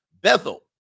bethel